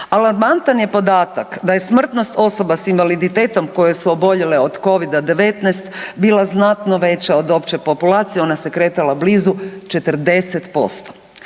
Alarmantan je podatak da je smrtnost osoba s invaliditetom koje su oboljele od Covida-19 bila znatno veća od opće populacije, ona se kretala blizu 40%.